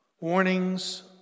Warnings